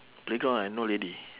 playground I no lady